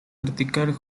vertical